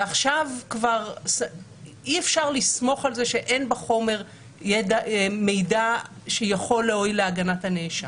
ועכשיו אי-אפשר לסמוך על זה שאין בחומר מידע שיכול להועיל להגנת הנאשם.